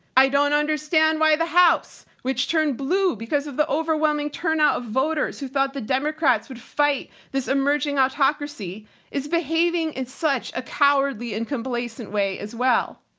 i don't understand why the house which turned blue because of the overwhelming turnout of voters who thought the democrats would fight this emerging autocracy is behaving in such a cowardly and complacent way as well.